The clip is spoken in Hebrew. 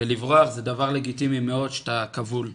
ולברוח זה דבר לגיטימי מאוד כשאתה כבול.